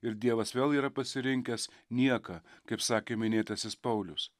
ir dievas vėl yra pasirinkęs nieką kaip sakė minėtasis paulius